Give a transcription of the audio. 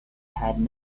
had